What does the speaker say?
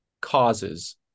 causes